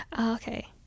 Okay